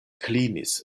klinis